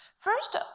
First